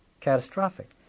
catastrophic